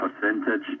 percentage